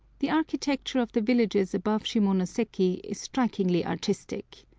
the architecture of the villages above shimonoseki is strikingly artistic.